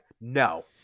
No